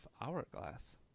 hourglass